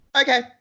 Okay